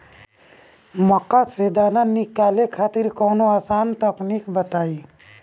मक्का से दाना निकाले खातिर कवनो आसान तकनीक बताईं?